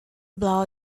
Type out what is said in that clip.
blow